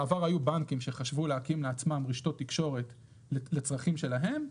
בעבר היו בנקים שחשבו להקים לעצמם רשתות תקשורת לצרכים שלהם.